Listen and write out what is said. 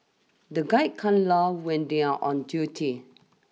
the guide can't laugh when they are on duty